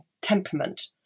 temperament